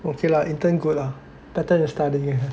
okay lah intern good lah better than studying here I think